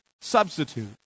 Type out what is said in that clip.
substitute